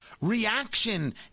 reaction